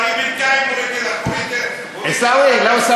אבל בינתיים הוא יגיד לך, עיסאווי, (אומר